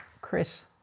Chris